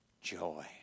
joy